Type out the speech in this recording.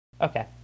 Okay